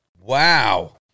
wow